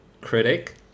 critic